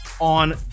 on